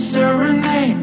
Serenade